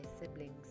siblings